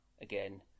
again